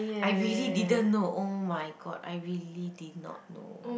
I really didn't know oh my god I really did not know